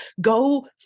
go